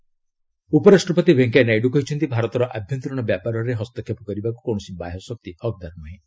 Naidu CAA ଉପରାଷ୍ଟ୍ରପତି ଭେଙ୍କୟା ନାଇଡୁ କହିଛନ୍ତି ଭାରତର ଆଭ୍ୟନ୍ତରୀଣ ବ୍ୟାପାରରେ ହସ୍ତକ୍ଷେପ କରିବାକୁ କୌଣସି ବାହ୍ୟ ଶକ୍ତି ହକ୍ଦାର ନ୍ରହେଁ